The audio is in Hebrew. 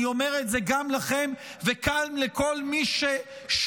אני אומר את זה גם לכם, וכאן לכל מי ששוגה